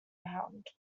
round